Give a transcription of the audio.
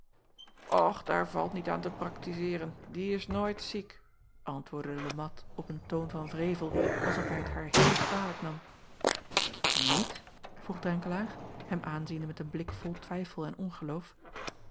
ch daar valt niet aan te praktizeeren die is nooit ziek antwoordde e at op een toon van wrevel als of hij t haar heel kwalijk nam iet vroeg renkelaer hem aanziende met een blik vol twijfel en ongeloof